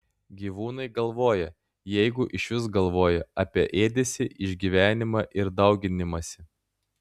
gyvūnai galvoja jeigu išvis galvoja apie ėdesį išgyvenimą ir dauginimąsi